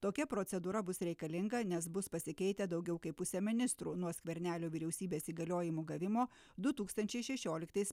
tokia procedūra bus reikalinga nes bus pasikeitę daugiau kaip pusė ministrų nuo skvernelio vyriausybės įgaliojimų gavimo du tūkstančiai šešioliktais